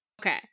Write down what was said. Okay